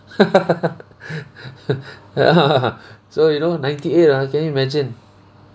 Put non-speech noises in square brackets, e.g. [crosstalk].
[laughs] ya [laughs] so you know ninety eight ah can you imagine